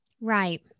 Right